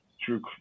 true